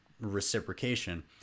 reciprocation